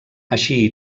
així